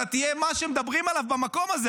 אתה תהיה מה שמדברים עליו במקום הזה.